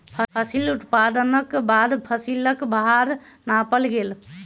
फसिल उत्पादनक बाद फसिलक भार नापल गेल